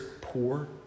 poor